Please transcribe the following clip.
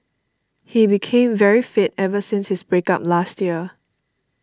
he became very fit ever since his break up last year